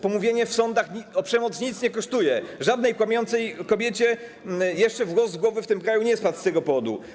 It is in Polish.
Pomówienie w sądach o przemoc nic nie kosztuje, żadnej kłamiącej kobiecie jeszcze włos z głowy w tym kraju nie spadł z tego powodu.